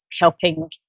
helping